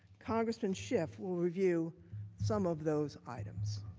congressman schiff will review some of those items.